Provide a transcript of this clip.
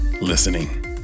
listening